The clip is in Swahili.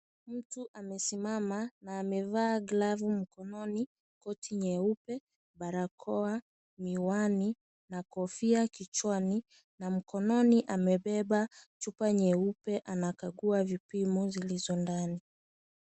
Mtu amesimama na amevaa glovu mikononi, koti nyeupe, barakoa, miwani na kofia kichwani na mkononi amebeba chupa nyeupe. Anakagua vipimo zilizo ndani.